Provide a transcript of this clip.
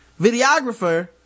videographer